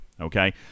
okay